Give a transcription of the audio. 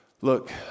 Look